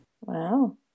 Wow